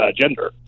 gender